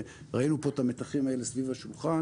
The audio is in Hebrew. ראינו פה את המתחים האלה סביב השולחן,